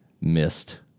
missed